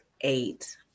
eight